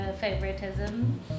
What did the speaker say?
favoritism